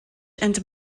and